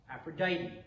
Aphrodite